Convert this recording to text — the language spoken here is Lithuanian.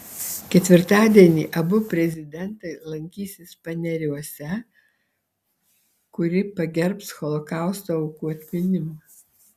ketvirtadienį abu prezidentai lankysis paneriuose kuri pagerbs holokausto aukų atminimą